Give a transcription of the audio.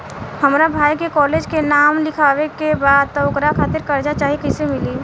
हमरा भाई के कॉलेज मे नाम लिखावे के बा त ओकरा खातिर कर्जा चाही कैसे मिली?